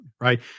right